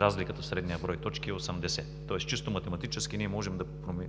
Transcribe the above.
разликата в средния брой точки е 80, тоест чисто математически ние можем да обясним